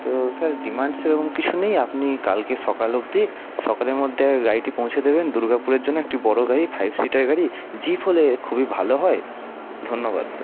তো sir demand সেরকম কিছু নেই আপনি কালকে সকাল অব্দি সকালের মধ্যে গাড়িটি পৌঁছে দেবেন দুর্গাপুরের জন্য একটি বড়ো গাড়ি ফাইভ সিটার গাড়ি জিপ হলে খুবই ভালো হয় ধন্যবাদ স্যার